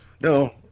No